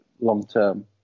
long-term